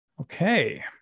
Okay